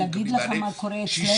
להגיד לך מה קורה אצלנו?